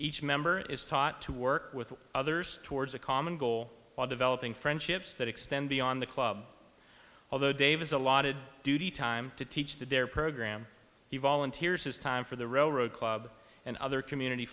each member is taught to work with others towards a common goal while developing friendships that extend beyond the club although davis allotted duty time to teach the dare program he volunteers his time for the railroad club and other community